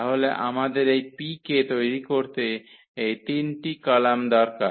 তাহলে আমাদের এই P কে তৈরি করতে এই তিনটি কলাম দরকার